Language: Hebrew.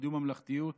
לקידום ממלכתיות.